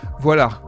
Voilà